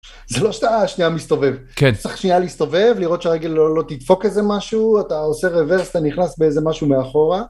זה לא שאתה שנייה מסתובב כן צריך שנייה להסתובב לראות שהרגל לא תדפוק איזה משהו אתה עושה רווירס אתה נכנס באיזה משהו מאחורה.